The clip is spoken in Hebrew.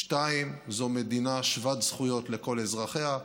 2. זו מדינה שוות זכויות לכל אזרחיה.